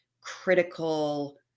critical